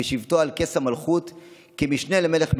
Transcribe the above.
בשבתו על כס המלכות כמשנה למלך מצרים: